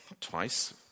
twice